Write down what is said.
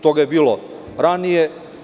Toga je bilo i ranije.